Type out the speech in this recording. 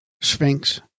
Sphinx